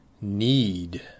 need